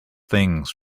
things